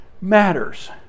matters